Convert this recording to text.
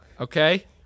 Okay